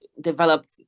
developed